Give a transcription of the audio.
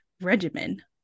regimen